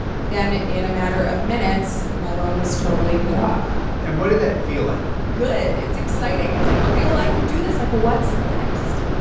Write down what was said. then, in a matter of minutes, my loan was totally paid off and what did that feel like? good. it's exciting. it's like, ok, well, i can do this. like, what's next?